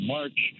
March